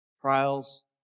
trials